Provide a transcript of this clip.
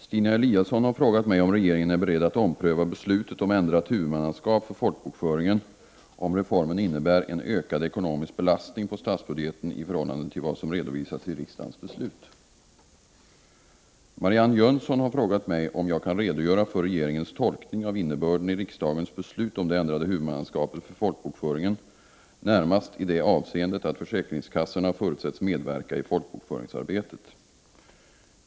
Herr talman! Stina Eliasson har frågat mig om regeringen är beredd att ompröva beslutet om ändrat huvudmannaskap för folkbokföringen om reformen innebär en ökad ekonomisk belastning på statsbudgeten i förhållande till vad som redovisades vid riksdagens beslut. Marianne Jönsson har frågat mig om jag kan redogöra för regeringens tolkning av innebörden i riksdagens beslut om det ändrade huvudmannaskapet för folkbokföringen närmast i det avseendet att försäkringskassorna förutsätts medverka i folkbokföringsarbetet.